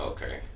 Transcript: Okay